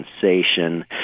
sensation